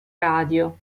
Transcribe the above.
radio